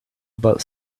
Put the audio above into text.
about